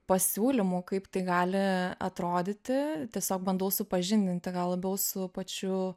pasiūlymų kaip tai gali atrodyti tiesiog bandau supažindinti gal labiau su pačiu